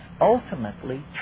ultimately